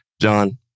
John